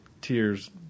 tears